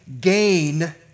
gain